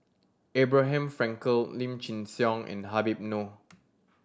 Abraham Frankel Lim Chin Siong and Habib Noh